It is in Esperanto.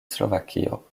slovakio